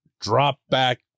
drop-back